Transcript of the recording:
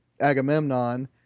Agamemnon